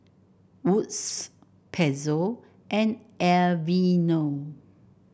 Wood's Pezzo and Aveeno